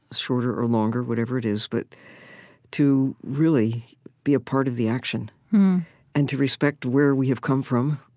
shorter or longer, whatever it is, but to really be a part of the action and to respect where we have come from,